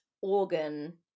organ